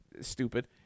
stupid